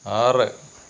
ആറ്